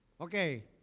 Okay